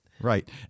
Right